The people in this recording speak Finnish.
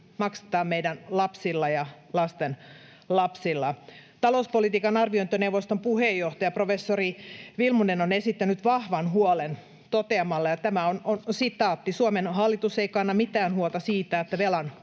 maksatetaan meidän lapsilla ja lastenlapsilla. Talouspolitiikan arviointineuvoston puheenjohtaja, professori Vilmunen on esittänyt vahvan huolen toteamalla: ”Suomen hallitus ei kanna mitään huolta siitä, että velan